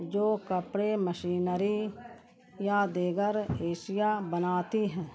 جو کپڑے مشینری یا دیگر اشیا بناتی ہیں